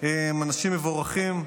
הם אנשים מבורכים,